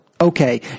Okay